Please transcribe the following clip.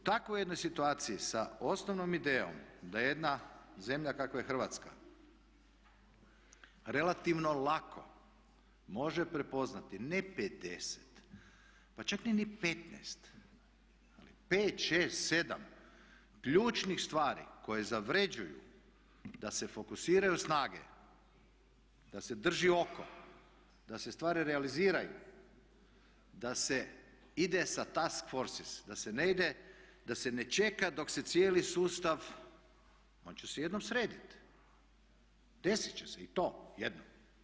U takvoj jednoj situaciji sa osnovnom idejom da jedna zemlja kakva je Hrvatska relativno lako može prepoznati ne 50, pa čak ni 15 ali 5, 6, 7 ključnih stvari koje zavrjeđuju da se fokusiraju snage, da se drži oko, da se stvari realiziraju, da se ide sa … da se ne ide, da se ne čeka dok se cijeli sustav, valjda će se jednom sredit, desit će se i to jednom.